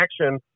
action